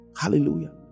hallelujah